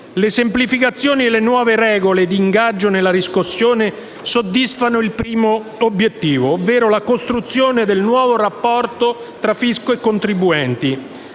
Le semplificazioni e le nuove regole di ingaggio nella riscossione soddisfano il primo obiettivo, ovvero la costruzione del nuovo rapporto tra fisco e contribuenti.